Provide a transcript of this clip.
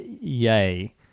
yay